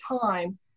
time